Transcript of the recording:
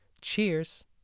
Cheers